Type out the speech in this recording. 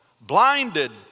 blinded